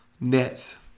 nets